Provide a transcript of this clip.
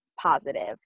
positive